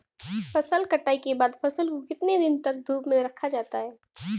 फसल कटाई के बाद फ़सल को कितने दिन तक धूप में रखा जाता है?